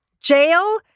Jail